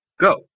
go